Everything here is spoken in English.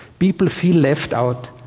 people feel left out.